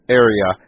area